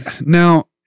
Now